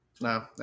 No